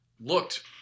Looked